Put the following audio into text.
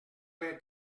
d’un